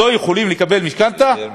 לא יכולים לקבל משכנתה, יותר מ-390,